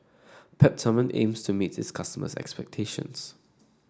Peptamen aims to meet its customers' expectations